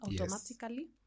automatically